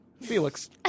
Felix